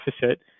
deficit